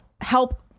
help